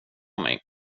mig